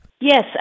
Yes